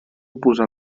posar